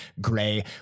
Gray